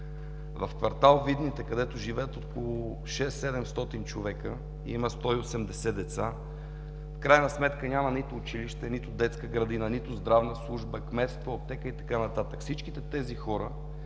В квартал „Видните“, където живеят около 600-700 човека, има 180 деца, а в крайна сметка няма нито училище, нито детска градина, нито здравна служба, кметство, аптека и така нататък. Всичките тези хора